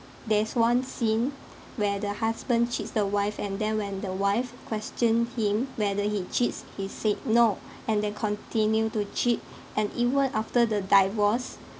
there's one scene where the husband cheats the wife and then when the wife questioned him whether he cheats he said no and they continue to cheat and even after the divorce